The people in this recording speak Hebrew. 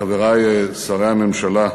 חברי שרי הממשלה,